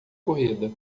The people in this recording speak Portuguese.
corrida